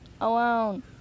alone